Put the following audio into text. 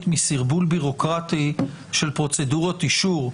מסרבול ביורוקרטי של פרוצדורות אישור.